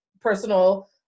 personal